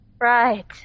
Right